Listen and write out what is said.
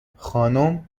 خانم